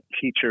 teacher